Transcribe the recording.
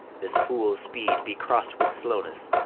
this fool's speed be cross'd with slowness!